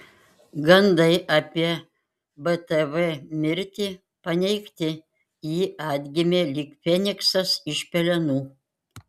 gandai apie btv mirtį paneigti ji atgimė lyg feniksas iš pelenų